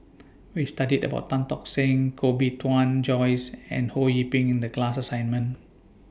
We studied about Tan Tock Seng Koh Bee Tuan Joyce and Ho Yee Ping in The class assignment